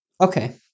Okay